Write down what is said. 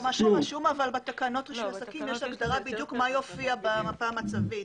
בתקנות יש הגדרה מה יופיע במפה המצבית.